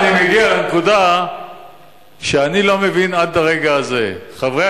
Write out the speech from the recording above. וכאן אני מגיע לנקודה שאני לא מבין עד הרגע הזה: חברי